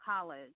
college